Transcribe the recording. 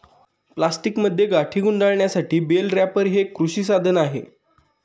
प्लास्टिकमध्ये गाठी गुंडाळण्यासाठी बेल रॅपर हे एक कृषी साधन आहे